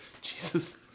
Jesus